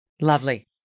lovely